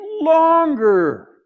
longer